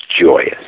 joyous